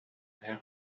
here